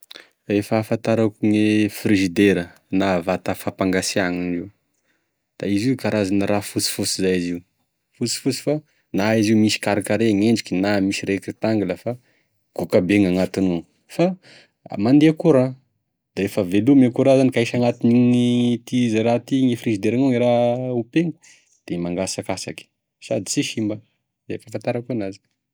E fahafantarako gne frizidera vata fampangatsiagna hoy indreo, da izy karazana raha fosifosy zay izy io, fosifosy na izy miendrika karekare ,na tektangla, fa gôky be gn'agnatiny gnao, fa mandeha courant, da rehefa velomy courant zany ka ahisy agnatign'gne frigidera gnao e raha ompeagna da mangasakasaky sady sy simba, izay e fahafantarako enazy.